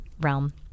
realm